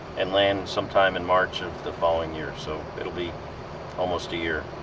and land sometime in march of the following year, so it'll be almost a year.